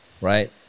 right